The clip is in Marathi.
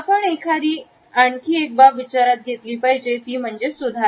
आपण आणखी एक बाब विचारात घेतली पाहिजे ती म्हणजे सुधारक